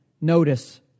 Notice